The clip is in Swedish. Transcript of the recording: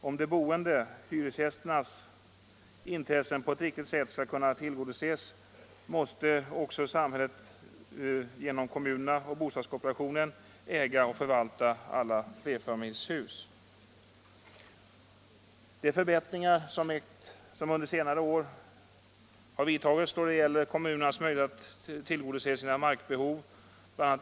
Om de boendes — hyresgästernas — intressen på ett riktigt sätt skall kunna tillgodoses måste också samhället genom kommunerna och bostadskooperationen äga och förvalta alla flerfamiljshus. De förbättringar som under senare år har vidtagits då det gäller kommunernas möjligheter att tillgodose sina markbehov, bla.